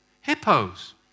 hippos